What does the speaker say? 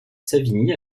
savigny